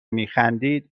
میخندید